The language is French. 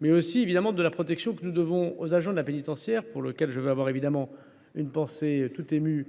mais aussi un manquement à la protection que nous devons aux agents de la pénitentiaire, pour qui j’ai évidemment une pensée émue